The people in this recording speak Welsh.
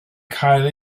cael